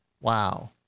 Wow